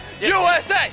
USA